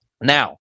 Now